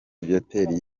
viateur